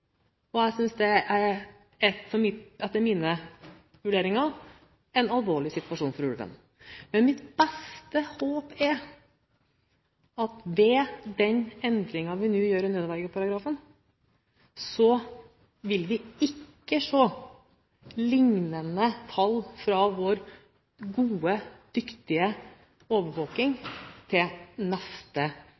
og etter mine vurderinger synes jeg det er en alvorlig situasjon for ulven. Men mitt beste håp er at vi med den endringen vi nå gjør i nødvergeparagrafen, ikke vil se lignende tall fra vår gode, dyktige overvåking til neste